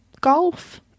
golf